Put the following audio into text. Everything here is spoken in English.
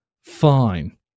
fine